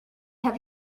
have